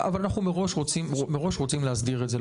אבל אנחנו מראש רוצים להסדיר את זה.